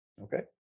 Okay